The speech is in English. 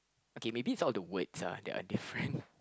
okay maybe it's not the words ah that are different